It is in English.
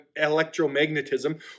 electromagnetism